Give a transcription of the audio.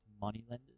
moneylenders